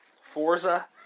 Forza